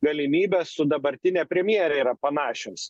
galimybės su dabartine premjere yra panašios